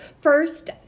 first